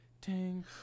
ting